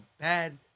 bad